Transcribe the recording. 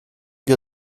wir